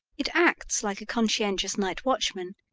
it acts like a conscientious night-watchman,